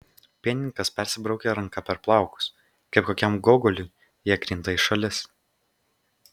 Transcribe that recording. pienininkas persibraukia ranka per plaukus kaip kokiam gogoliui jie krinta į šalis